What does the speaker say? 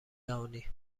جهانی